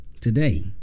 today